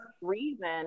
reason